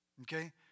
okay